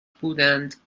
بودند